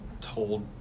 told